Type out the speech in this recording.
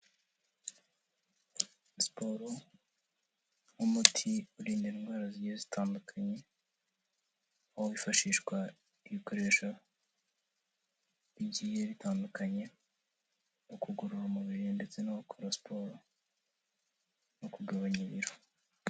Siporo nk'umuti urinda indwara zigiye zitandukanye wo wifashishwa ibikoresho bigiye bitandukanye mu kugorora umubiri ndetse no gukora siporo no kugabanya ibiro.